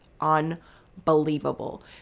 unbelievable